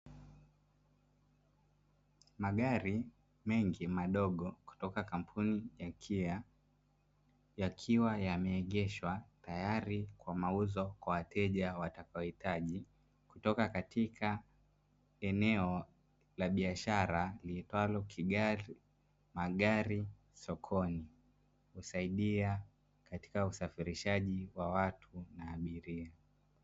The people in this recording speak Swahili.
Magari mengi madogo kutoka kampuni ya kia, yakiwa yameegeshwa tayari kwa mauzo kwa wateja watakao hitaji, kutoka katika eneo la biashara liitwalo kigari, magari sokoni husaidia katika usafirishaji wa watu na abiria.